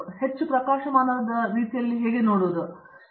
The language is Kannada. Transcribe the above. ಆದ್ದರಿಂದ ನಾವು ಹೆಚ್ಚು ಪ್ರಕಾಶಮಾನವಾದ ರೀತಿಯಲ್ಲಿ ಪ್ರಕಾಶನಗಳನ್ನು ನೋಡುತ್ತೇವೆ